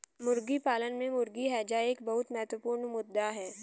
मुर्गी पालन में मुर्गी हैजा एक बहुत महत्वपूर्ण मुद्दा है